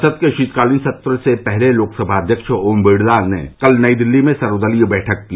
संसद के शीतकालीन सत्र से पहले लोकसभा अध्यक्ष ओम बिरला ने कल नई दिल्ली में सर्वदलीय बैठक की